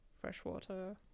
freshwater